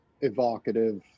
evocative